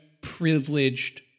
privileged